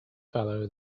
fellow